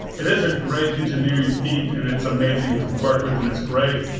it has a great engineering feat and it's amazing to work with and it's great.